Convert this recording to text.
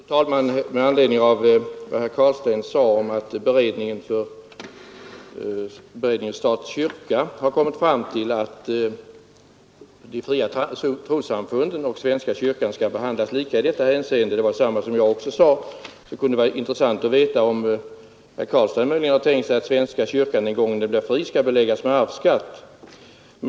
Fru talman! Med anledning av vad herr Carlstein sade om att kyrka—stat-beredningen har kommit fram till att de fria trossamfunden och svenska kyrkan skall behandlas lika i detta hänseende det var detsamma som jag själv sade — kunde det vara intressant att veta om herr Carlstein möjligen har tänkt sig att svenska kyrkan, när den en gång blir fri, skall beläggas med arvsskatt.